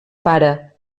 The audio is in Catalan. pare